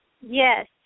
Yes